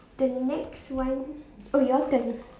the next one oh your turn